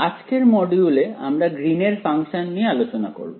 আজকের মডিউলে আমরা গ্রীন এর ফাংশন নিয়ে আলোচনা করব